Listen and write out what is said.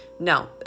No